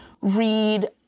read